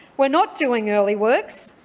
we're not doing early works.